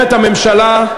אומרת הממשלה,